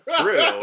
True